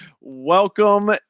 welcome